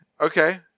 Okay